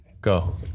go